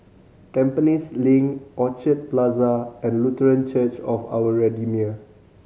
Tampines Link Orchid Plaza and Lutheran Church of Our Redeemer